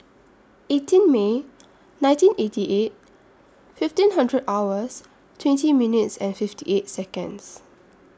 eighteen May nineteen eighty eight fifteen hundred hours twenty minutes and fifty eight Seconds